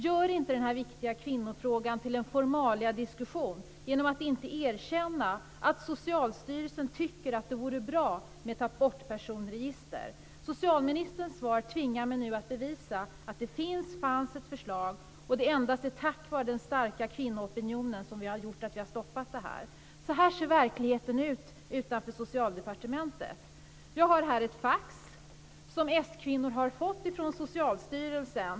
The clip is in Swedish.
Gör inte denna viktiga kvinnofråga till en formaliadiskussion genom att inte erkänna att Socialstyrelsen tycker att det vore bra med ett abortpersonregister. Socialministerns svar tvingar mig nu att bevisa att det finns eller fanns ett förslag och att det endast är den starka kvinnoopinionen som har stoppat detta. Så här ser verkligheten ut utanför Socialdepartementet. Jag har här ett fax som s-kvinnor har fått från Socialstyrelsen.